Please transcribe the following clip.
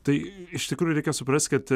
tai iš tikrųjų reikia suprasti kad